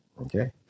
Okay